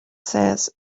says